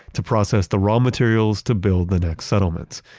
to process the raw materials to build the next settlements,